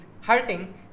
hurting